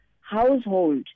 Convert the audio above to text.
household